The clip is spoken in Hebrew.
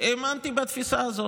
האמנתי בתפיסה הזאת.